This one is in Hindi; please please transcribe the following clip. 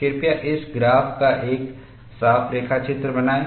कृपया इस ग्राफ का एक साफ रेखाचित्र बनाएं